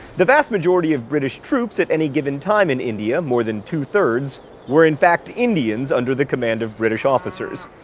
the vast majority of british troops at any given time in india, more than two-thirds were in fact indians under the command of british officers.